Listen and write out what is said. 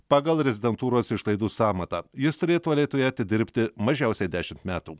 pagal rezidentūros išlaidų sąmatą jis turėtų alytuje atidirbti mažiausiai dešimt metų